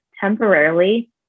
temporarily